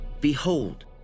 behold